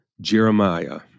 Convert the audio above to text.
Jeremiah